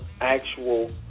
actual